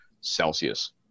Celsius